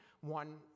one